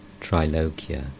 Trilokia